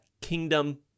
Kingdom